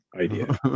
idea